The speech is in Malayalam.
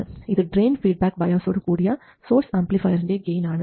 ഇത് ഡ്രയിൻ ഫീഡ്ബാക്ക് ബയാസോടു കൂടിയ സോഴ്സ് ആംപ്ലിഫയറിൻറെ ഗെയിൻ ആണ്